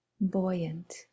buoyant